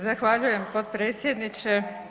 Zahvaljujem potpredsjedniče.